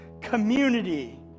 community